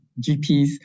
GPs